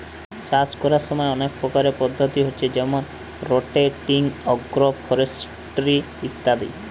চাষ কোরার সময় অনেক প্রকারের পদ্ধতি হচ্ছে যেমন রটেটিং, আগ্রফরেস্ট্রি ইত্যাদি